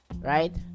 right